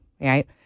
right